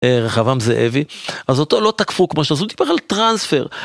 אה... רחבעם זאבי. אז אותו לא תקפו כמו ש... אז הוא דיבר על טרנספר.